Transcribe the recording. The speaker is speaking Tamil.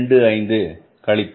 25 கழித்தல்